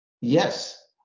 Yes